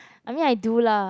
I mean I do lah